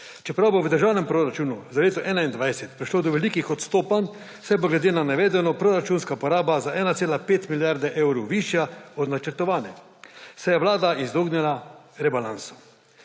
Čeprav bo v državnem proračunu za leto 2021 prišlo do velikih odstopanj, saj bo glede na navedeno proračunska poraba za 1,5 milijarde evrov višja od načrtovane, se je Vlada izognila rebalansu.